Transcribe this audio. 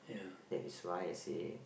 that is why I say